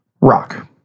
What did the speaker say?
rock